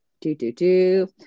Do-do-do